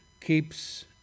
keeps